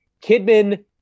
Kidman